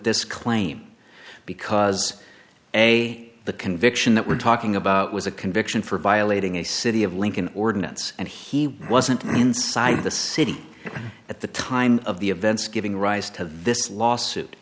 this claim because a the conviction that we're talking about was a conviction for violating a city of lincoln ordinance and he wasn't inside the city at the time of the events giving rise to this lawsuit